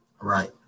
Right